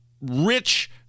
rich